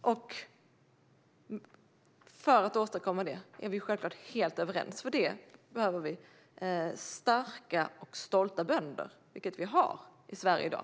och för att åstadkomma det - här är vi självklart helt överens - behöver vi starka och stolta bönder, vilket vi har i Sverige i dag.